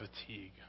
fatigue